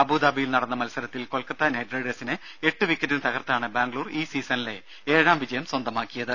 അബുദാബിയിൽ നടന്ന മത്സരത്തിൽ കൊൽക്കത്ത നൈറ്റ് റൈഡേഴ്സിനെ എട്ടുവിക്കറ്റിന് തകർത്താണ് ബാംഗ്ലൂർ ഈ സീസണിലെ ഏഴാം വിജയം സ്വന്തമാക്കിയത്